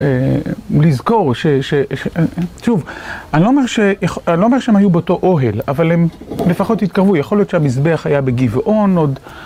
לזכור ש... שוב, אני לא אומר שהם היו באותו אוהל, אבל הם לפחות התקרבו, יכול להיות שהמזבח היה בגבעון עוד.